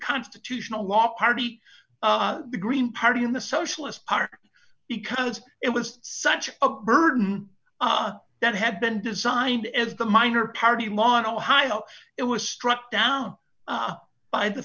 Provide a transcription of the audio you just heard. constitutional law party the green party and the socialist party because it was such a burden that had been designed as the minor party law in ohio it was struck down by the